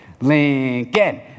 Lincoln